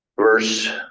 Verse